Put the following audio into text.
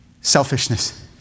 Selfishness